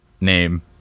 name